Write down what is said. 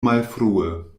malfrue